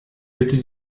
bitte